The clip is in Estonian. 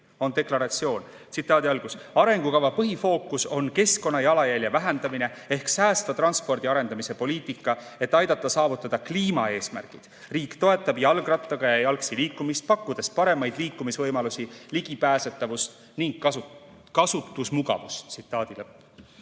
on deklaratsioon: "Arengukava põhifookus on [...] keskkonnajalajälje vähendamine ehk säästva transpordi arendamise poliitika, et aidata saavutada kliimaeesmärgid [...]. Toetame jalgrattaga ja jalgsi liikumist, pakkudes paremaid liikumisvõimalusi, ligipääsetavust ning kasutusmugavust."